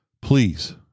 Please